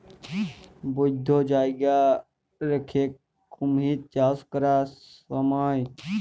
বধ্য জায়গায় রাখ্যে কুমির চাষ ক্যরার স্যময়